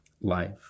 life